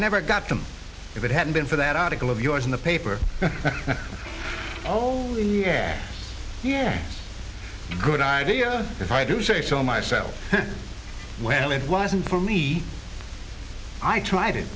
never got them if it hadn't been for that article of yours in the paper here good idea if i do say so myself well it wasn't for me i tr